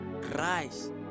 christ